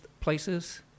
places